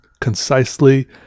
concisely